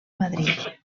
madrid